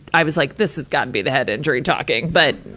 i was like this has gotta be the head injury talking. but,